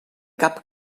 cap